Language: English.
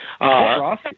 Ross